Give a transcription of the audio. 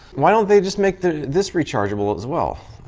why don't they just make the this rechargeable as well?